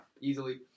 Easily